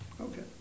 Okay